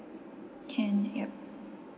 can yup